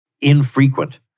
infrequent